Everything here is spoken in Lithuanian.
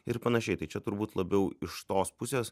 ir panašiai tai čia turbūt labiau iš tos pusės